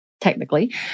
technically